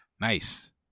Nice